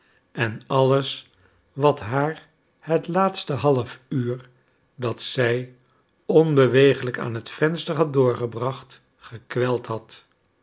en alles wat haar het laatste half uur dat zij onbewegelijk aan het venster had doorgebracht gekweld had